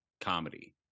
comedy